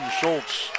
Schultz